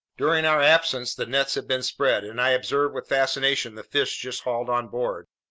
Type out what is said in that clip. during our absence the nets had been spread, and i observed with fascination the fish just hauled on board.